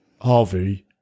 Harvey